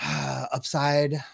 upside